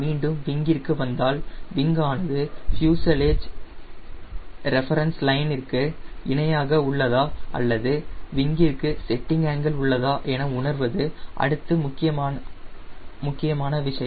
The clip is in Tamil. மீண்டும் விங்கிற்கு வந்தால் விங்க் ஆனது ஃப்யூசலெஜ் ரெஃபரன்ஸ் லைன்ற்கு இணையாக உள்ளதா அல்லது விங்கிற்கு செட்டிங் ஆங்கிள் உள்ளதா என உணர்வது அடுத்து முக்கியமான விஷயம்